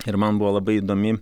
ir man buvo labai įdomi